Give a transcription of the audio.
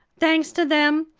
thanks to them,